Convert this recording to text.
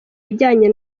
bijyanye